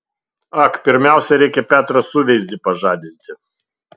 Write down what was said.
ak pirmiausia reikia petrą suveizdį pažadinti